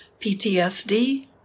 PTSD